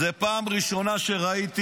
זו פעם ראשונה שראיתי,